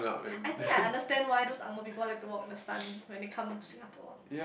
I think I understand why those angmoh people like to walk in the sun when they come to Singapore